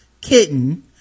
Kitten